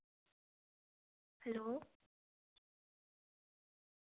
hello